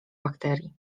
bakterii